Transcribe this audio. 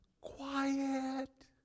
quiet